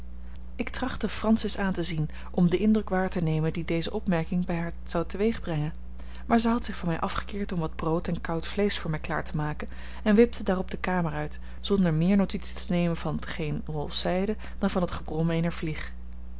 ik trachtte francis aan te zien om den indruk waar te nemen dien deze opmerking bij haar zou teweegbrengen maar zij had zich van mij afgekeerd om wat brood en koud vleesch voor mij klaar te maken en wipte daarop de kamer uit zonder meer notitie te nemen van t geen rolf zeide dan van t gebrom eener vlieg